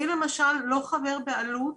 אני למשל לא חבר באלו"ט,